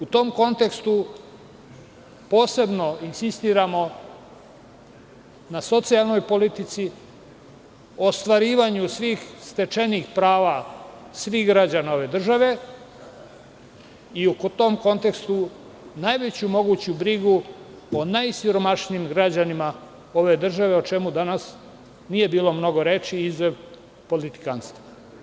U tom kontekstu posebno insistiramo na socijalnoj politici, ostvarivanju svih stečenih prava svih građana ove države i u tom kontekstu najveću moguću brigu o najsiromašnijim građanima ove države, o čemu danas nije bilo mnogo reči, iz politikanstva.